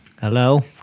Hello